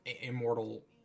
immortal